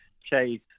chase